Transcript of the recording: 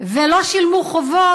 ולא שילמו חובות,